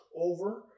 over